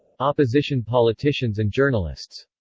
opposition politicians and journalists.